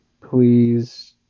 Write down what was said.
Please